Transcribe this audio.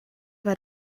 war